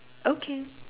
okay